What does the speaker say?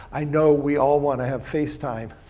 i know we all want to have face time,